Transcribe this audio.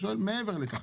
אני שואל מעבר לכך,